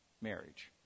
marriage